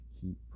keep